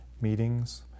meetings